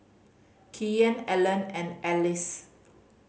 Kyan Allan and Alcee